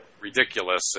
ridiculous